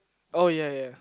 oh ya ya